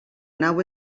nau